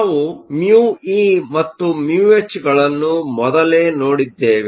ನಾವು ಮ್ಯೂಇμe ಮತ್ತು ಮ್ಯೂಹೆಚ್μh ಗಳನ್ನು ಮೊದಲೇ ನೋಡಿದ್ದೇವೆ